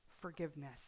forgiveness